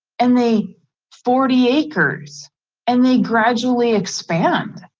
and they forty acres and they gradually expand,